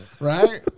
Right